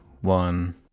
one